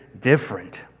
different